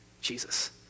Jesus